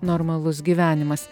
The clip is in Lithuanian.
normalus gyvenimas